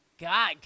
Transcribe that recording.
God